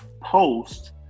post